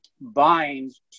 binds